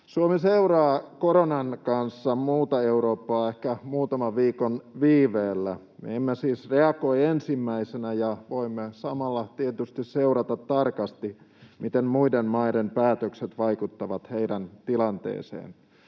Suomi seuraa koronan kanssa muuta Eurooppaa ehkä muutaman viikon viiveellä. Me emme siis reagoi ensimmäisenä, ja voimme samalla tietysti seurata tarkasti, miten muiden maiden päätökset vaikuttavat heidän tilanteeseensa.